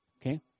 Okay